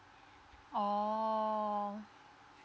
oh